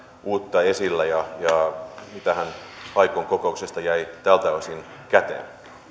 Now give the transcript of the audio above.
uutta esille ja mitähän haikon kokouksesta jäi tältä osin käteen